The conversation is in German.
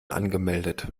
angemeldet